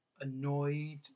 annoyed